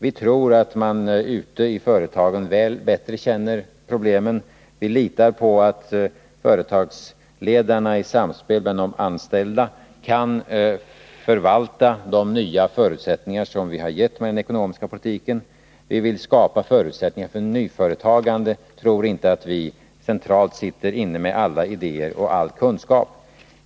Vi tror att man ute i företagen bättre känner problemen. Vi litar på att företagsledarna i samspel med de anställda kan förvalta de nya förutsättningar som vi har gett med den ekonomiska politiken. Vi vill skapa förutsättningar för nyföretagande. Vi tror inte att vi centralt sitter inne med alla idéer och all kunskap.